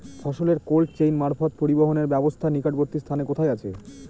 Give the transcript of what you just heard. ফসলের cold chain মারফত পরিবহনের ব্যাবস্থা নিকটবর্তী স্থানে কোথায় আছে?